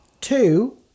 Two